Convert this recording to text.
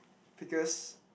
because